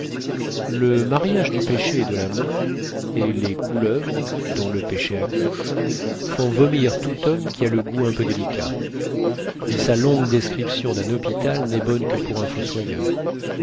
le mariage du péché et de la mort et les couleuvres dont le péché accouche font vomir tout homme qui a le goût un peu délicat et sa longue description d'un hôpital n'est bonne que pour un fossoyeur